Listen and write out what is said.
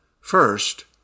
First